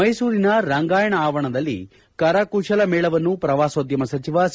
ಮೈಸೂರಿನ ರಂಗಾಯಣ ಆವರಣದಲ್ಲಿ ಕರಕುಶಲ ಮೇಳವನ್ನು ಪ್ರವಾಸೋದ್ಯಮ ಸಚಿವ ಸಿ